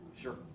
Sure